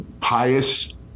pious